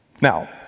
Now